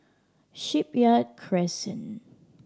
Shipyard Crescent